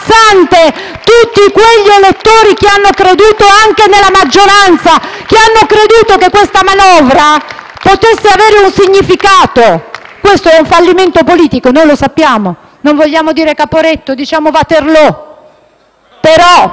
tutti quegli elettori che hanno creduto nella maggioranza e che questa manovra potesse avere un significato. Questo è un fallimento politico, lo sappiamo; non vogliamo dire Caporetto? Diciamo Waterloo.